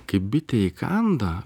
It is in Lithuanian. kai bitė įkanda